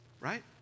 right